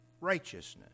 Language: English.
righteousness